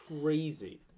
crazy